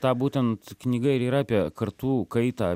ta būtent knyga ir yra apie kartų kaitą